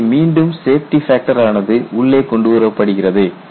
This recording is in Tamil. இங்கே மீண்டும் சேஃப்டி ஃபேக்டர் ஆனது உள்ளே கொண்டுவரப்படுகிறது